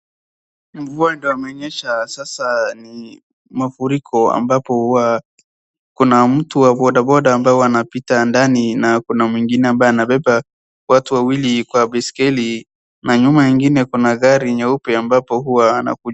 Mvua ndo amenyesa sasa ni mafuriko ambapo huwa kuna mtu wa bodaboda ambaye huwa anapita ndani na kuna mwingine ambaye amebeba watu wawili kwa baiskeli na nyuma ingine kuna gari nyeupe ambapo huwa anakuja.